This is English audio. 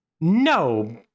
No